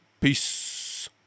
Peace